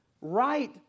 right